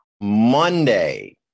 Monday